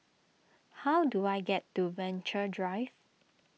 how do I get to Venture Drive